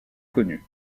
connus